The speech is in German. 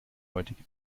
heutige